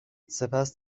سپس